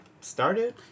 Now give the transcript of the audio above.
started